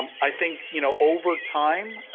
um i think, you know over time,